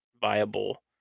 viable